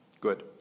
Good